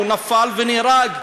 הוא נפל ונהרג.